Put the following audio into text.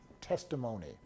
testimony